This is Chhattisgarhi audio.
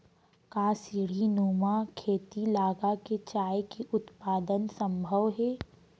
का सीढ़ीनुमा खेती लगा के चाय के उत्पादन सम्भव हे?